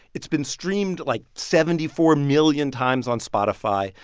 it's been streamed, like, seventy four million times on spotify.